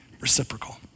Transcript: reciprocal